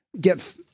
get